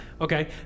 Okay